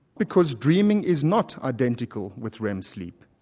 because dreaming is not identical with rem sleep.